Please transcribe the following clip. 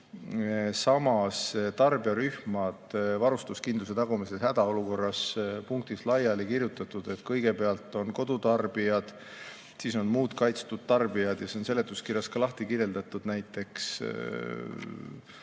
"Tarbijarühmad varustuskindluse tagamisel hädaolukorras" punktis lahti kirjutatud, et kõigepealt on kodutarbijad, siis on muud kaitstud tarbijad ja siis on seletuskirjas ka kirjeldatud, näiteks